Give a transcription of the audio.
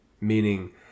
Meaning